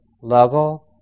level